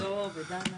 מהאוצר; את עידו, דנה